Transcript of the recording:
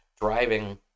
driving